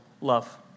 love